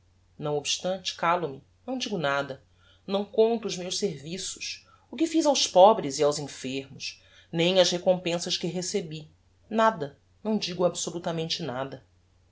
não obstante calo me não digo nada não conto os meus serviços o que fiz aos pobres e aos enfermos nem as recompensas que recebi nada não digo absolutamente nada